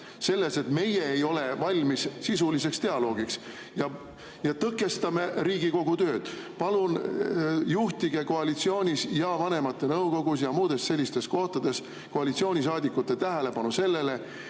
selles, et meie ei ole valmis sisuliseks dialoogiks ja tõkestame Riigikogu tööd. Palun juhtige koalitsioonis ja vanemate[kogus] ja muudes sellistes kohtades koalitsioonisaadikute tähelepanu sellele,